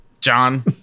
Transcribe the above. John